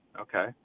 okay